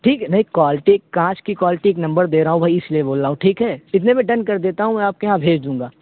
ٹھیک ہے نہیں کوالٹی کانچ کی کوالٹی ایک نمبر دے رہا ہوں بھائی اس لیے بول رہا ہوں ٹھیک ہے اتنے میں ڈن کر دیتا ہوں میں آپ کے یہاں بھیج دوں گا